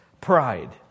pride